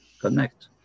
connect